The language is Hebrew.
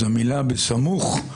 המילה "בסמוך"